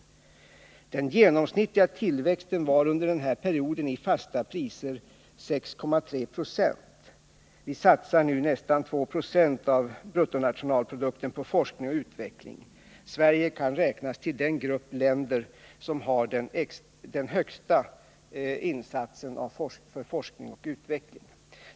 Den genomsnittliga tillväxten var under denna period i fasta priser 6,3 70. Vi satsar nu nästan 2 96 av bruttonationalprodukten på forskning och utveckling. Sverige kan räknas till den grupp av länder som har den högsta insatsen för forskning och utveckling.